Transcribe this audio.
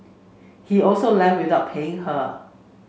he also left without paying her